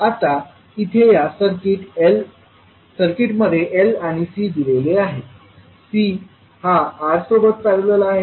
आता इथे या सर्किटमध्ये L आणि C दिलेले आहेत आणि C हा R सोबत पॅरलल आहे